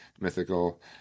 mythical